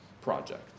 project